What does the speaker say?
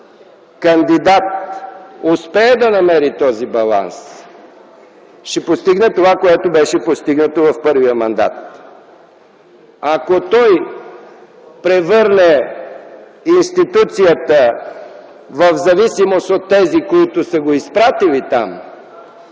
кандидат успее да намери този баланс, ще постигне това, което беше постигнато в първия мандат. Ако той превърне институцията в зависимост от тези, които са го изпратили там,